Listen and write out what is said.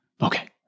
Okay